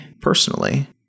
personally